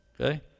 Okay